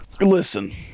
Listen